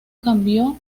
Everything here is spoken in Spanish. cambió